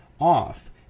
off